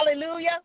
Hallelujah